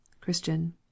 Christian